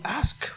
ask